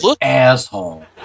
asshole